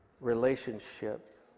relationship